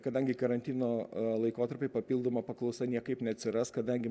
kadangi karantino laikotarpiai papildoma paklausa niekaip neatsiras kadangi